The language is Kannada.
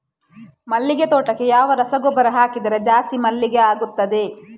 ಮಲ್ಲಿಗೆ ತೋಟಕ್ಕೆ ಯಾವ ರಸಗೊಬ್ಬರ ಹಾಕಿದರೆ ಜಾಸ್ತಿ ಮಲ್ಲಿಗೆ ಆಗುತ್ತದೆ?